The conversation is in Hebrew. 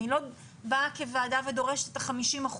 אני לא באה כוועדה ודורשת את ה-50%,